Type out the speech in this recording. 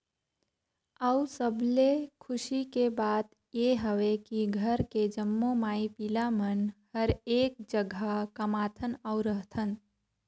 अउ सबले खुसी के बात ये हवे की घर के जम्मो माई पिला मन हर एक जघा कमाथन अउ रहथन